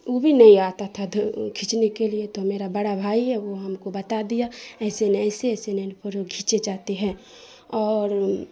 وہ بھی نہیں آتا تھا کھیچنے کے لیے تو میرا بڑا بھائی ہے وہ ہم کو بتا دیا ایسے نہیں ایسے ایسے نہیں فوٹو کھینچے جاتے ہیں اور